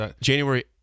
January